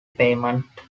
payments